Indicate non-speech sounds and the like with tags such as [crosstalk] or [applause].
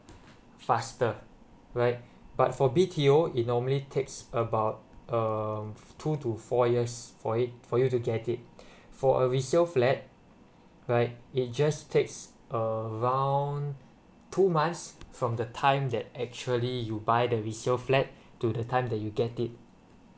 faster right but for B_T_O in normally takes about um two to four years for it for you to get it [breath] for a resale flat right it just takes around two months from the time that actually you buy the resale flat to the time that you get it